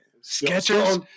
Sketchers